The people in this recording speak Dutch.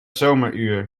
zomeruur